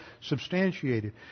substantiated